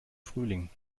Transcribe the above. frühling